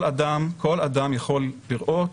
כל אדם יכול לראות